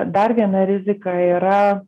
dar viena rizika yra